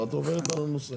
את עוברת לנושא.